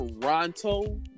Toronto